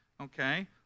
Okay